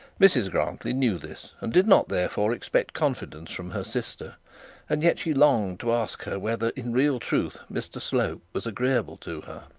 mrs grantly knew this, and did not, therefore, expect confidence from her sister and yet she longed to ask her whether in real truth mr slope was agreeable to her.